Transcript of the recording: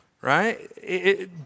Right